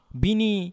bini